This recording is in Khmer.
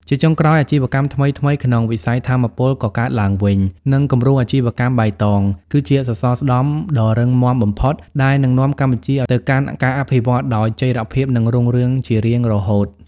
ជាចុងក្រោយ អាជីវកម្មថ្មីៗក្នុងវិស័យថាមពលកកើតឡើងវិញ និងគំរូអាជីវកម្មបៃតង គឺជាសសរស្តម្ភដ៏រឹងមាំបំផុតដែលនឹងនាំកម្ពុជាទៅកាន់ការអភិវឌ្ឍដោយចីរភាព និងរុងរឿងជារៀងរហូត។